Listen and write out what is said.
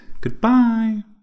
Goodbye